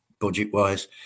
budget-wise